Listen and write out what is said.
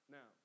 Now